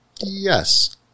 Yes